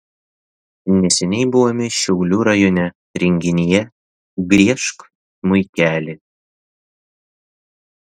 neseniai buvome šiaulių rajone renginyje griežk smuikeli